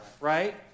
Right